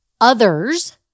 Others